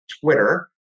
Twitter